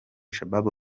shabaab